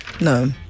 No